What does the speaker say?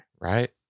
Right